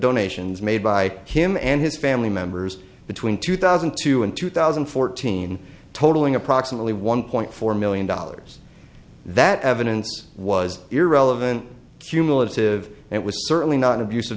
donations made by him and his family members between two thousand and two and two thousand and fourteen totaling approximately one point four million dollars that evidence was irrelevant cumulative and it was certainly not an abus